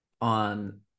on